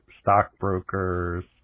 stockbrokers